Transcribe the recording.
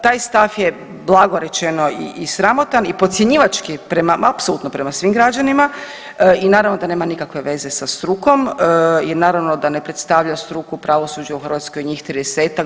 Taj stav je blago rečeno i sramotan i podcjenjivački prema, apsolutno prema svim građanima i naravno da nema nikakve veze sa strukom jer naravno da ne predstavlja struku pravosuđa u Hrvatskoj njih 30-tak.